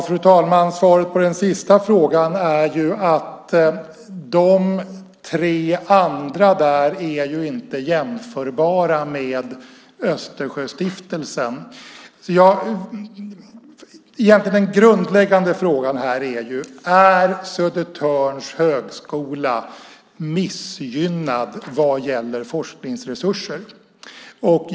Fru talman! Svaret på den sista frågan är att de tre andra inte är jämförbara med Östersjöstiftelsen. Den grundläggande frågan är om Södertörns högskola är missgynnad vad gäller forskningsresurser.